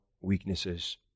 weaknesses